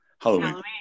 Halloween